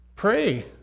Pray